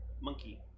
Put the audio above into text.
monkey